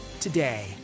today